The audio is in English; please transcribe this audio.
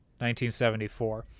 1974